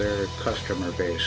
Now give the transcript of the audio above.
their customer base